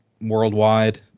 Worldwide